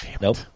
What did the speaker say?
Nope